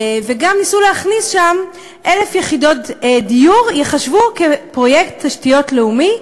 וגם ניסו להכניס שם 1,000 יחידות דיור שייחשבו כפרויקט תשתיות לאומי,